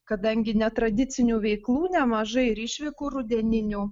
kadangi netradicinių veiklų nemažai ir išvykų rudeninių